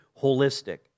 holistic